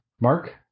Mark